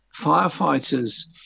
firefighters